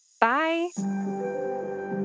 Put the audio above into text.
Bye